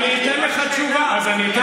אני אתן לכם תשובה.